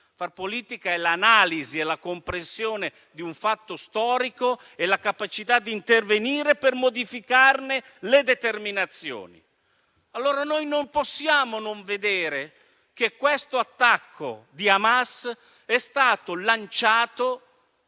far politica è l'analisi e la comprensione di un fatto storico, la capacità di intervenire per modificarne le determinazioni. Non possiamo quindi non vedere che l'attacco di Hamas è stato lanciato